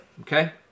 okay